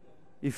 בסדר.